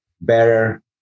better